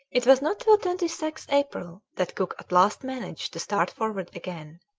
it was not till twenty sixth april that cook at last managed to start forward again,